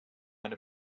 eine